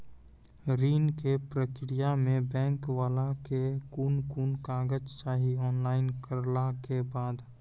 ऋण के प्रक्रिया मे बैंक वाला के कुन कुन कागज चाही, ऑनलाइन करला के बाद?